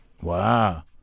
Wow